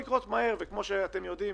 כמו שאתם יודעים,